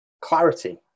clarity